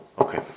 Okay